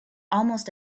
almost